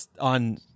on